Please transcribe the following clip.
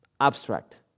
abstract